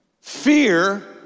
Fear